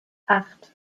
acht